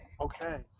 Okay